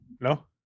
No